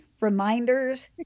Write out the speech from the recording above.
reminders